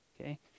okay